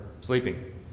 sleeping